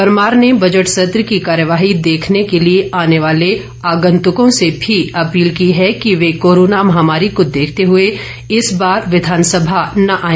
परमार ने बजट सत्र की कार्यवाही देखने के लिए आने वाले आगंतुकों से भी अपील की है कि वह कोरोना महामारी को देखते हुए इस बार विधानसभा न आए